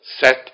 set